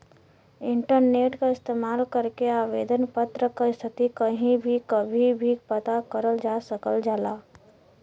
internet क इस्तेमाल करके आवेदन पत्र क स्थिति कहीं भी कभी भी पता करल जा सकल जाला